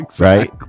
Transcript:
right